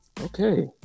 Okay